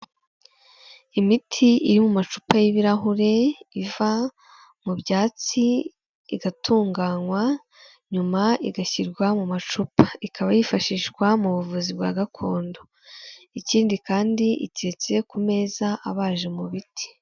Imiti iri mu macupa y'ibirahure iva mu byatsi igatunganywa, nyuma igashyirwa mu macupa, ikaba yifashishwa mu buvuzi bwa gakondo, ikindi kandi itetse ku meza abaje mu biti.